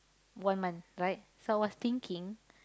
one month right so I was thinking